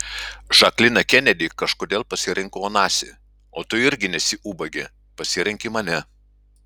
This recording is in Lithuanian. žaklina kenedi kažkodėl pasirinko onasį o tu irgi nesi ubagė pasirenki mane